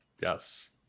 yes